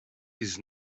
his